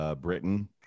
Britain